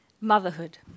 Motherhood